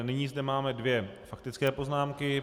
Nyní zde máme dvě faktické poznámky.